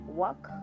work